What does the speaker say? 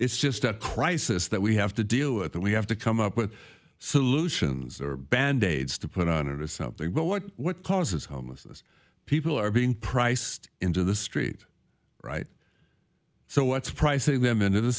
it's just a crisis that we have to deal with that we have to come up with solutions are bandaids to put on it or something but what what causes homelessness people are being priced into the street right so what's pricing them into the